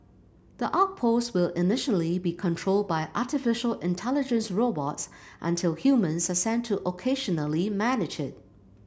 the outpost will initially be controlled by artificial intelligence robots until humans are sent to occasionally manage it